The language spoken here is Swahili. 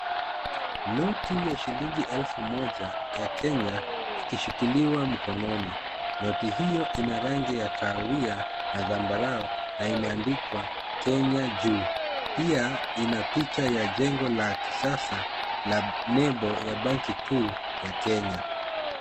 Noti ya shilingi elfu moja ya Kenya ikishikiliwa mkononi. Noti hiyo ina rangi ya kahawia na zambarau na imeandikwa Kenya juu. Pia ina picha ya jengo la kisasa la nembo ya banki kuu ya Kenya.